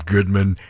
Goodman